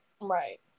Right